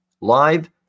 live